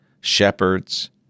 shepherds